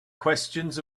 questions